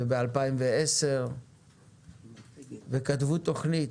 וב-2010 וכתבו תכנית,